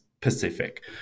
Pacific